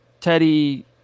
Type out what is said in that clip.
Teddy